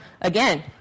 again